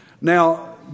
Now